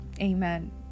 Amen